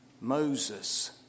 Moses